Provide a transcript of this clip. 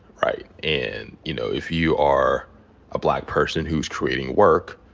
right? and, you know, if you are a black person who's creating work,